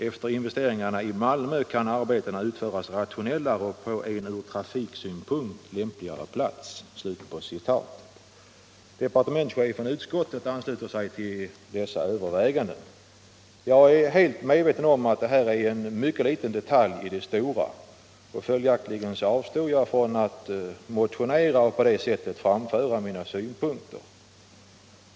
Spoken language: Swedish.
Efter investeringarna i Malmö kan arbetena utföras rationellare och på en från trafiksynpunkt lämpligare plats.” Utskottet ansluter sig till dessa överväganden. Jag är helt medveten om att detta är en mycket liten detalj i det stora hela, och jag har därför avstått från att motionsvägen framföra mina synpunkter.